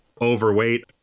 overweight